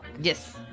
Yes